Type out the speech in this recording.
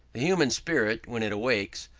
the human spirit, when it awakes,